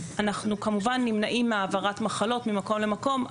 אנחנו כמובן נמנעים מהעברת מחלות ממקום למקום,